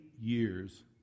years